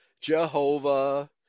Jehovah